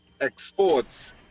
exports